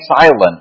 silent